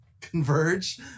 converge